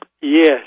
Yes